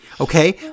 Okay